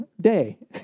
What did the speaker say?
day